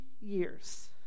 years